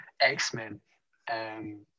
X-Men